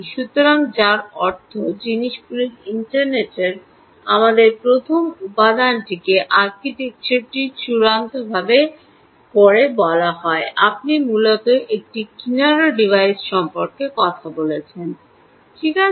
সুতরাং যার অর্থ জিনিসগুলির ইন্টারনেটের আমাদের প্রথম উপাদানটিকে আর্কিটেকচারটি চূড়ান্ত করে বলা হয় আপনি মূলত একটি কিনারা ডিভাইস সম্পর্কে কথা বলেছেন ঠিক আছে